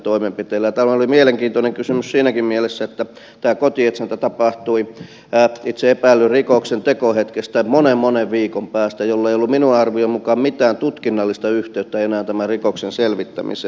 tämä oli mielenkiintoinen kysymys siinäkin mielessä että tämä kotietsintä tapahtui itse epäillyn rikoksen tekohetkestä monen monen viikon päästä jolloin ei ollut minun arvioni mukaan enää mitään tutkinnallista yhteyttä tämän rikoksen selvittämiseen